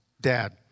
Dad